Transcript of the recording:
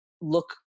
look